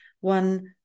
one